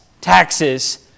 taxes